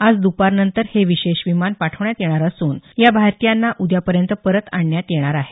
आज द्पारनंतर हे विशेष विमान पाठवण्यात येणार असून या भारतीयांना उद्यापर्यंत परत आणण्यात येणार आहे